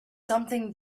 something